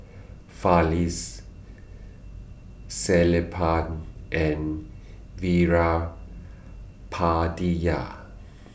Fali Sellapan and Veerapandiya